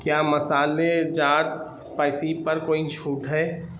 کیا مصالحے جات سپائسی پر کوئی چھوٹ ہے